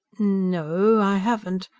no, i haven't,